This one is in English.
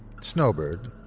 Snowbird